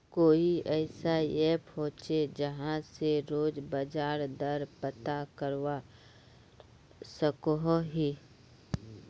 कोई ऐसा ऐप होचे जहा से रोज बाजार दर पता करवा सकोहो ही?